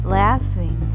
laughing